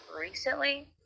recently